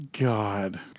God